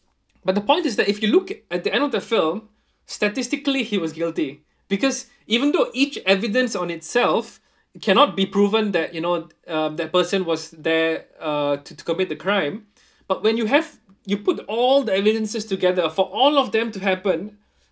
but the point is that if you look at the end of the film statistically he was guilty because even though each evidence on itself cannot be proven that you know uh that person was there uh to to commit the crime but when you have you put all the evidences together for all of them to happen